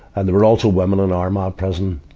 and there were also women in um um prison,